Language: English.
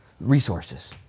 resources